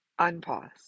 unpause